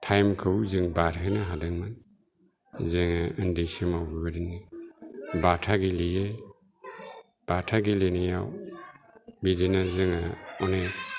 टाइमखौ जों बारहोनो हादोंमोन जोङो उन्दै समाव बेबादनो बाथा गेलेयो बाथा गेलेनायाव बिदिनो जोङो अनेक